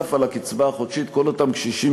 נוסף על הקצבה החודשית כל אותם קשישים